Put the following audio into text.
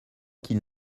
qu’ils